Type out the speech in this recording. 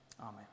Amen